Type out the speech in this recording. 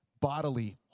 bodily